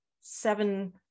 seven